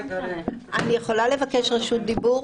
אפשר לבקש רשות דיבור?